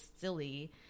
silly